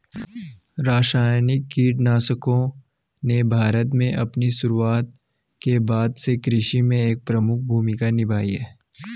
रासायनिक कीटनाशकों ने भारत में अपनी शुरूआत के बाद से कृषि में एक प्रमुख भूमिका निभाई है